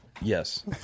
Yes